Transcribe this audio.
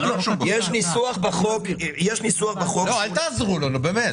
יש ניסוח בחוק --- לא, אל תעזרו לו, נו באמת.